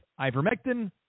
ivermectin